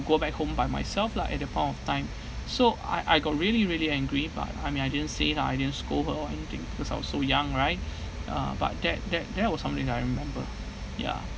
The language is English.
go back home by myself lah at that point of time so I I got really really angry but I mean I didn't say lah I didn't scold her or anything because I was so young right uh but that that that was something that I remember ya